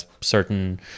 certain